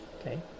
okay